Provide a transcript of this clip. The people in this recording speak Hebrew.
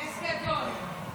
תודה רבה.